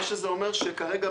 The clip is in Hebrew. מה שאומר שכרגע,